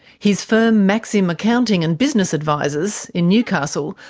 his firm maxim accounting and business advisors in newcastle,